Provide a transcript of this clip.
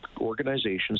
organizations